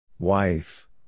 Wife